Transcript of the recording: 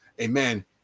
Amen